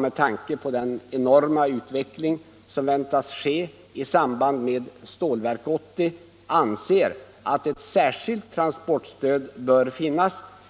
Med tanke på den enorma utveckling som väntas ske i samband med Stålverk 80 anser man nämligen att det bör finnas ett särskilt transportstöd